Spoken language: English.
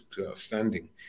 outstanding